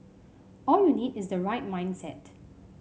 all you need is the right mindset